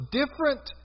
different